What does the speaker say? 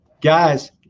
Guys